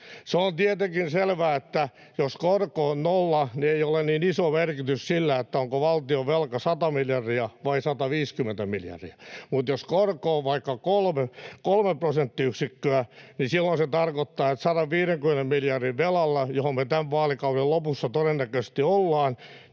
On tietenkin selvää, että jos korko on nolla, niin ei ole niin iso merkitys sillä, onko valtion velka 100 miljardia vai 150 miljardia. Mutta jos korko on vaikka 3 prosenttiyksikköä, niin silloin se tarkoittaa, että 150 miljardin velalla, jossa me tämän vaalikauden lopussa todennäköisesti ollaan,